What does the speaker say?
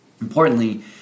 Importantly